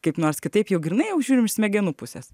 kaip nors kitaip jau grynai jau žiūrim iš smegenų pusės